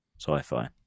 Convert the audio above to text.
sci-fi